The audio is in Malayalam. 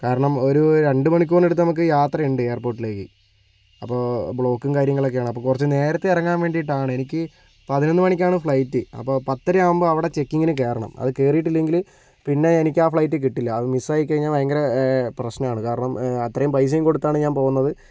കാരണം ഒരു രണ്ടുമണിക്കൂറിനടുത്ത് നമുക്ക് യാത്രയുണ്ട് എയർപോർട്ടിലേക്ക് അപ്പോൾ ബ്ലോക്കും കാര്യങ്ങളൊക്കെയാണ് അപ്പോൾ കുറച്ച് നേരെത്തെ ഇറങ്ങാൻ വേണ്ടിയിട്ടാണ് എനിക്ക് പതിനൊന്നുമണിക്കാണ് ഫ്ലൈറ്റ് അപ്പോൾ പത്തരയാകുമ്പോൾ അവിടെ ചെക്കിങ്ങിന് കയറണം അത് കയറിയട്ടില്ലെങ്കിൽ പിന്നെ എനിക്ക് ആ ഫ്ലൈറ്റ് കിട്ടില്ല അത് മിസ്സ് ആയിക്കഴിഞ്ഞാൽ ഭയങ്കര പ്രശ്നമാണ് കാരണം അത്രയും പൈസയും കൊടുത്തിട്ടാണ് ഞാൻ പോകുന്നത്